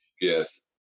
Yes